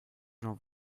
j’en